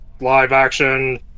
live-action